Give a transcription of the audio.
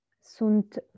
Sunt